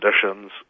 conditions